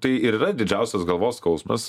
tai yra didžiausias galvos skausmas